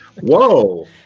Whoa